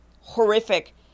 horrific